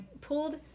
pulled